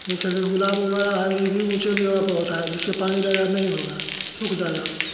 जैसे अभी गुलाब उमड़ा है ये भी ऊंची जगह पर होता है जिस में पानी डाले नहीं होगा सूख जाएगा